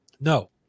No